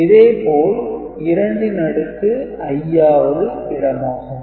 இதே போல் 2 ன் அடுக்கு i வது இடமாகும்